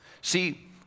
See